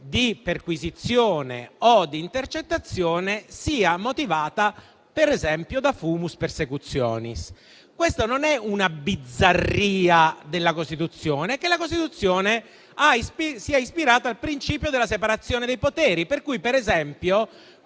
di perquisizione o di intercettazione sia motivata, per esempio, da *fumus persecutionis.* Questa non è una bizzarria della Costituzione, che si è ispirata al principio della separazione dei poteri, per cui, per esempio,